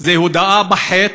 זו הודאה בחטא,